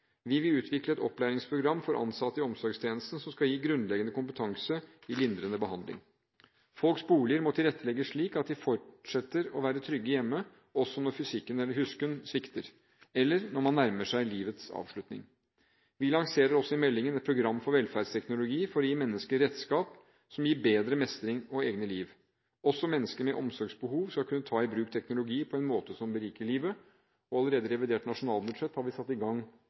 Vi vil utvikle et opplæringsprogram for ansatte i omsorgstjenesten som skal gi grunnleggende kompetanse i lindrende behandling. Folks boliger må tilrettelegges slik at de fortsetter å være trygge hjemme, også når fysikken eller husken svikter – eller når man nærmer seg livets avslutning. Vi lanserer også i meldingen et program for velferdsteknologi for å gi mennesker redskap som gir bedre mestring og bedre liv. Også mennesker med omsorgsbehov skal kunne ta i bruk teknologi på en måte som beriker livet. Allerede i revidert nasjonalbudsjett har vi satt i gang